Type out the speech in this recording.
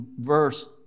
verse